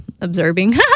observing